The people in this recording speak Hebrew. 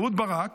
אהוד ברק